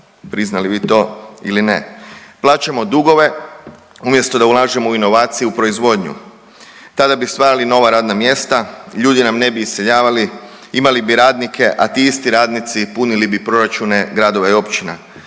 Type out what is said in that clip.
priznali vi to ili ne. Plaćamo dugove umjesto da ulažemo u inovacije u proizvodnju, tada bi stvarali nova radna mjesta, ljudi nam ne bi iseljavali, imali bi radnike, a ti isti radnici punili bi proračune gradova i općina.